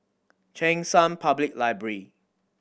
Cheng San Public Library